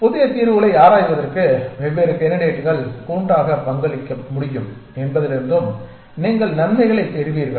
புதிய தீர்வுகளை ஆராய்வதற்கு வெவ்வேறு கேண்டிடேட்டுகள் கூட்டாக பங்களிக்க முடியும் என்பதிலிருந்தும் நீங்கள் நன்மைகளைப் பெறுவீர்கள்